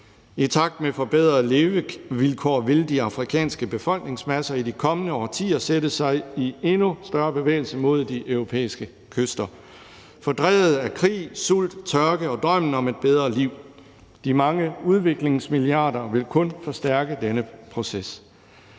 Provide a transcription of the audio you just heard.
I takt med forbedrede levevilkår vil de afrikanske befolkningsmasser i de kommende årtier sætte sig i endnu større bevægelse mod de europæiske kyster, fordrevet af krig, sult, tørke og drømmen om et bedre liv. De mange udviklingsmilliarder vil kun forstærke denne proces.